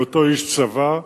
בהיותו איש צבא,